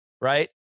right